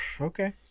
okay